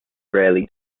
rarely